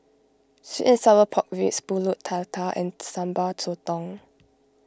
Sweet and Sour Pork Ribs Pulut Tatal and Sambal Sotong